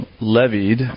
levied